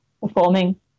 performing